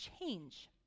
change